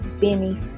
Benny